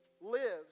lives